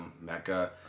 Mecca